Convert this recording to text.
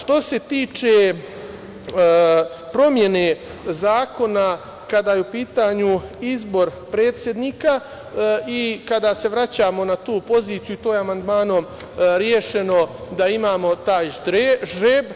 Što se tiče promene zakona kada je u pitanju izbor predsednika i kada se vraćamo na tu poziciju i to je amandmanom rešeno da imamo taj žreb,